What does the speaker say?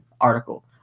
article